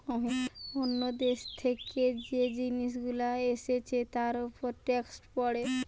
অন্য দেশ থেকে যে জিনিস গুলো এসছে তার উপর ট্যাক্স পড়ে